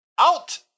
Out